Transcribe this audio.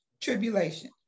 Tribulation